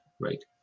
right